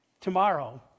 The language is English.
tomorrow